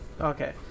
Okay